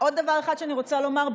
עוד דבר אחד שאני רוצה לומר,